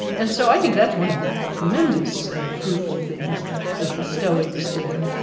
and so i think that's one of the tremendous fruitful things that the stoics did.